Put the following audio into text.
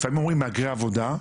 לפעמים אומרים מהגרי עבודה,